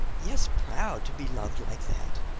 yes proud, to be loved like that!